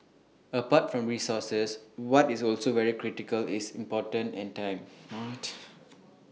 apart from resources what is also very critical is important and time what